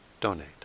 donate